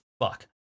fuck